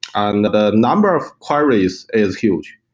ah and the number of queries is huge.